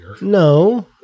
No